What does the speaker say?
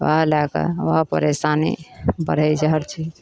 ओहए लए कऽ ओहो परेशानी बढ़ै छै हर चीज